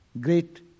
great